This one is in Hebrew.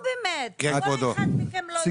נו, באמת, על כל אחד מהם הוא ל איודע.